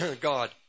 God